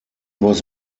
was